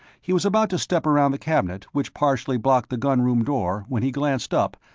he was about to step around the cabinet which partially blocked the gun-room door when he glanced up,